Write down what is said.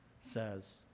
says